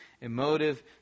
emotive